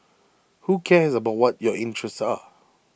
who cares about what your interests are